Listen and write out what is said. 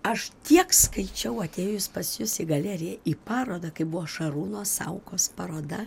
aš tiek skaičiau atėjus pas jus į galeriją į parodą kaip buvo šarūno saukos paroda